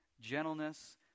gentleness